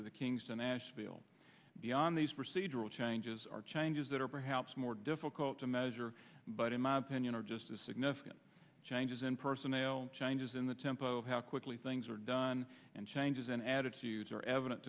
to the kings and asheville beyond these procedural changes are changes that are perhaps more difficult to measure but in my opinion are just as significant changes in personnel changes in the tempo of how quickly things are done and changes in attitudes are evident